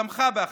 שתמכה בהחלטתו.